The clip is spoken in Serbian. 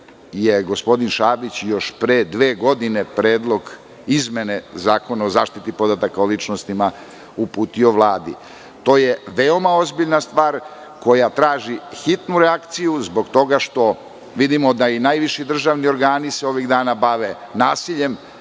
je gospodin Šabić još pre dve godine predlog izmene Zakona o zaštiti podataka o ličnostima uputio Vladi? To je veoma ozbiljna stvar koja traži hitnu reakciju zbog toga što vidimo da i najviši državni organi se ovih dana bave nasiljem,